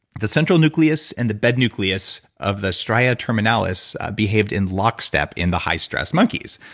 the central nucleus, and the bed nucleus of the stria terminalis behaved in lockstep in the high stress monkeys.